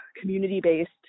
community-based